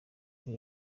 kwe